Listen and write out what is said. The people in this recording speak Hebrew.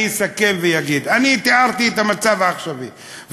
אני אסכם ואגיד: תיארתי את המצב העכשווי,